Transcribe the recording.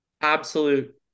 absolute